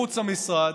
מחוץ למשרד,